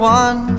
one